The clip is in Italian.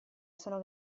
sono